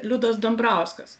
liudas dambrauskas